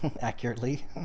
accurately